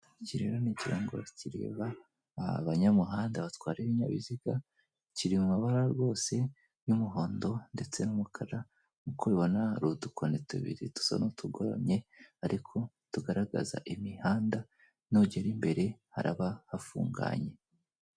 Iki rero ni Ikirango kireba abanyamuhanda batwara ibinyabiziga kiri mu mabara rwose y'umuhondo ndetse n'umukara nkuko ubibona hari udukoni tubiri dusa n'utugoramye ariko tugaragaza imihanda nugera imbere haraba hafunganye.